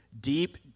deep